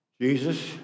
Jesus